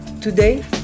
Today